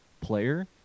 player